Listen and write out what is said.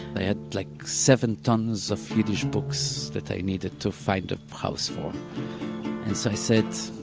but i had like seven tons of yiddish books, that i needed to find a house for, and so i said,